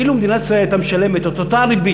אילו מדינת ישראל הייתה משלמת את אותה ריבית